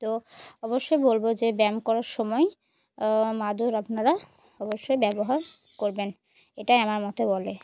তো অবশ্যই বলবো যে ব্যায়াম করার সময় মাদুর আপনারা অবশ্যই ব্যবহার করবেন এটাই আমার মতে বলে